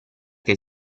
che